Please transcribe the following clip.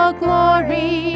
glory